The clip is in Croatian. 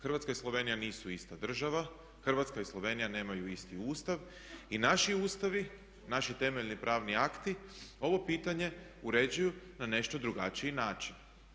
Hrvatska i Slovenija nisu ista država, Hrvatska i Slovenija nemaju isti Ustav i naš Ustav, naši temeljni pravni akti ovo pitanje uređuju na nešto drugačiji način.